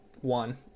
one